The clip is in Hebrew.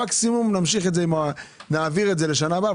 מקסימום נעביר את זה לשנה הבאה,